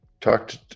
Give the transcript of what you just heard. talked